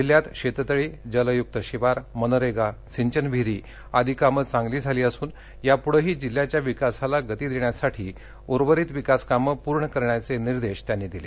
जिल्ह्यात शेततळी जलयुक्त शिवार मनरेगा सिंचन विहिरी आदी कामं चांगली झाली असून यापुढेही जिल्ह्याच्या विकासाला गती देण्यासाठी उर्वरित विकास कामं पूर्ण करण्याचे निर्देश त्यांनी दिले